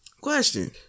Question